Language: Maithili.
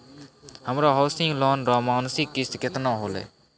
हमरो हौसिंग लोन रो मासिक किस्त केतना होलै?